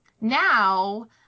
now